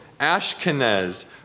Ashkenaz